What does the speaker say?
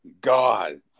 God